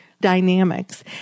dynamics